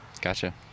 Gotcha